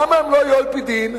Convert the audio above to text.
למה הם לא היו על-פי דין?